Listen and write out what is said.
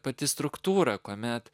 pati struktūra kuomet